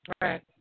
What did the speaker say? Right